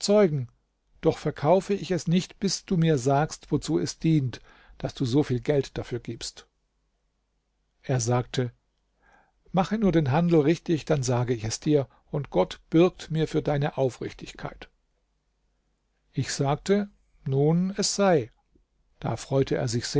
doch verkaufe ich es nicht bis du mir sagst wozu es dient daß du so viel geld dafür gibst er sagte mache nur den handel richtig dann sage ich es dir und gott bürgt mir für deine aufrichtigkeit ich sagte nun es sei da freute er sich